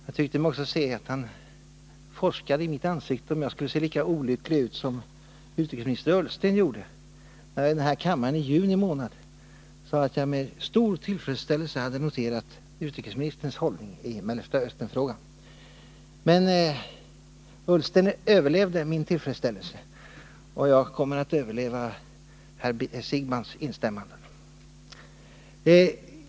Jag tyckte mig också se att herr Siegbahn forskade i mitt ansikte för att utröna om jag skulle se lika olycklig ut som utrikesminister Ullsten gjorde, när jag i den här kammaren i juni månad sade att jag med stor tillfredsställelse hade noterat utrikesministerns hållning i Mellersta Östernfrågan. Men herr Ullsten överlevde min tillfredsställelse, och jag kommer att överleva herr Siegbahns instämmanden.